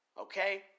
Okay